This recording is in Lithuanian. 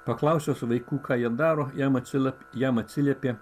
paklausus vaikų ką jie daro jam atsiliepė jam atsiliepė